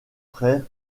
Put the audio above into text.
frère